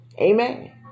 Amen